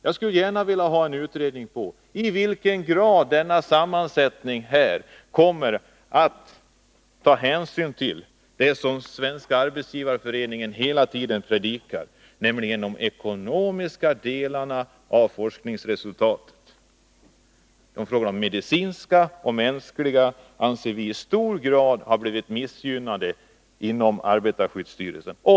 Jag skulle gärna vilja ha en utredning av i vilken mån denna sammansättning av arbetsgrupperna kommer att leda till att hänsyn tas till det som Svenska arbetsgivareföreningen hela tiden predikar om, nämligen de ekonomiska delarna av forskningsresultaten. Vi anser att de medicinska och mänskliga aspekterna i stor utsträckning har missgynnats inom arbetarskyddsstyrel sen.